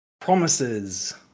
Promises